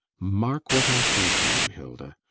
mark what i say to you, hilda.